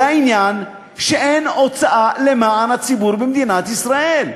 זה העניין שאין הוצאה למען הציבור במדינת ישראל.